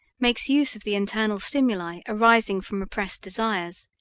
makes use of the internal stimuli arising from repressed desires,